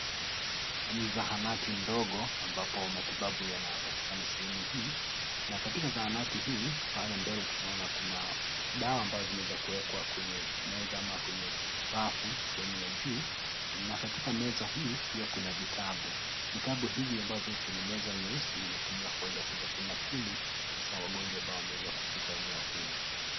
Ni zahanati ndogo ambapo matibabu yanapatikana sehemu hii na katika zahanati hii pale mbele tunaona kuna dawa ambazo zimeweza kuwekwa kwenye meza ama kwenye rafu sehemu ya juu na katika meza hii pia kuna vitabu, vitabu hivi ambavyo viko kwenye meza nyeusi zinatumika kuweza kunakili hasa wagonjwa ambao wameweza kufika eneo hili.